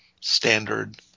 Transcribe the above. standard